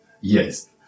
Yes